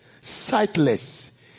Sightless